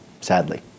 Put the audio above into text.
sadly